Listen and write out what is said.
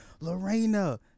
Lorena